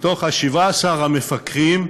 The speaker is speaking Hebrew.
מתוך 17 המפקחים,